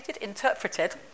interpreted